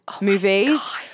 movies